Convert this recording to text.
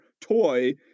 toy